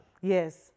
Yes